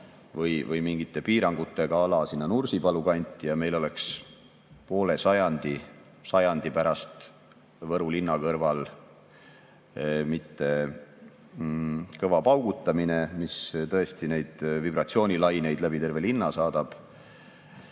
või mingite piirangutega ala sinna Nursipalu kanti – ja meil poleks poole sajandi või sajandi pärast Võru linna kõrval kõva paugutamine, mis tõesti neid vibratsioonilaineid läbi terve linna saadab.